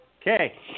Okay